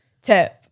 tip